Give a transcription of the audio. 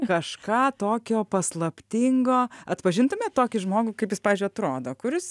kažką tokio paslaptingo atpažintumėt tokį žmogų kaip jis pavyzdžiui atrodo kuris